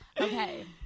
Okay